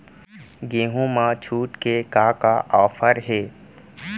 गेहूँ मा छूट के का का ऑफ़र हे?